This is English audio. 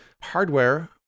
Hardware